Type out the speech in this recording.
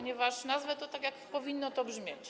Nazwę to tak, jak powinno to brzmieć.